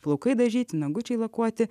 plaukai dažyti nagučiai lakuoti